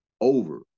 over